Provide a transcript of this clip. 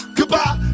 Goodbye